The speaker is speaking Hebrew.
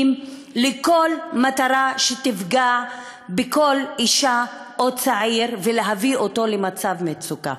לכל מטרה שתפגע בכל אישה או צעיר ולהביא אותם למצב מצוקה.